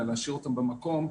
אלא להשאיר אותם במקום.